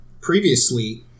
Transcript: previously